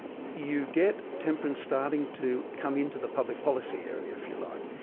you get temperance starting to come into the public policy area if you like.